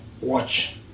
watch